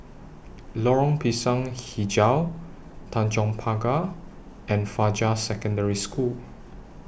Lorong Pisang Hijau Tanjong Pagar and Fajar Secondary School